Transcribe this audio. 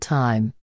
time